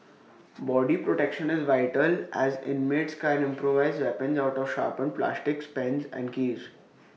body protection is vital as inmates can improvise weapons out of sharpened plastics pens and keys